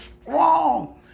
strong